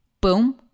Boom